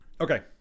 Okay